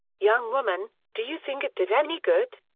young woman do you think it did any good?